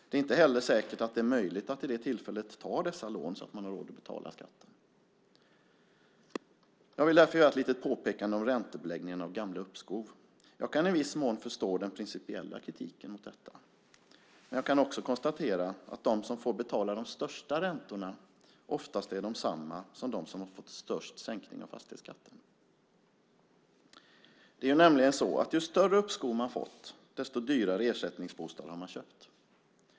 Det är inte heller säkert att det är möjligt att vid det tillfället ta dessa lån så att man har råd att betala skatten. Jag vill därför göra ett litet påpekande om räntebeläggningen av gamla uppskov. Jag kan i viss mån förstå den principiella kritiken mot detta. Men jag kan också konstatera att de som får betala de största räntorna oftast är desamma som de som har fått störst sänkning av fastighetsskatten. Det är ju så att ju större uppskov man har fått desto dyrare ersättningsbostad har man köpt.